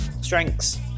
strengths